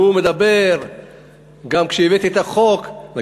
והוא מכריח אותי לקנות את אותן קטניות שהוא